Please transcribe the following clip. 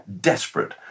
desperate